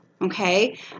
okay